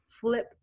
flip